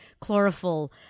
chlorophyll